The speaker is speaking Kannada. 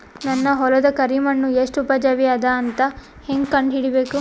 ನನ್ನ ಹೊಲದ ಕರಿ ಮಣ್ಣು ಎಷ್ಟು ಉಪಜಾವಿ ಅದ ಅಂತ ಹೇಂಗ ಕಂಡ ಹಿಡಿಬೇಕು?